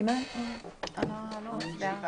מי נגד?